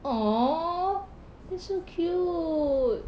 !aww! that's so cute